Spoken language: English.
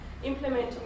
implementing